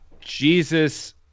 Jesus